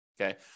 Okay